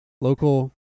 local